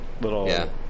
little